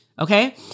okay